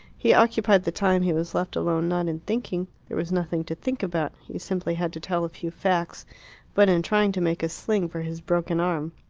he occupied the time he was left alone not in thinking there was nothing to think about he simply had to tell a few facts but in trying to make a sling for his broken arm.